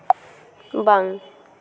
ᱵᱟᱝ